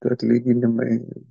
tai ir atlyginimai